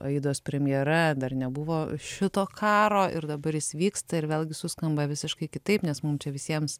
aidos premjera dar nebuvo šito karo ir dabar jis vyksta ir vėlgi suskamba visiškai kitaip nes mum čia visiems